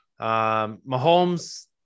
Mahomes